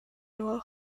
noires